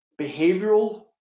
behavioral